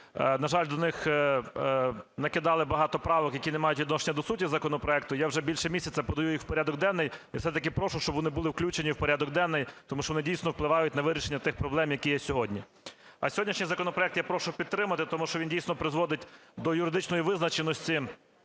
На жаль, до них накидали багато правок, які не мають відношення до суті законопроекту. Я вже більше місяця подаю їх в порядок денний і все-таки прошу, щоб вони були включені в порядок денний, тому що вони, дійсно, впливають на вирішення тих проблем, які є сьогодні. А сьогоднішній законопроект я прошу підтримати, тому що він, дійсно, призводить до юридичної визначеності